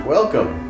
Welcome